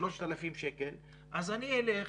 3,000 שקל אז אני אלך,